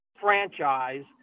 franchise